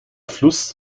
fluss